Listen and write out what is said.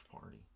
Party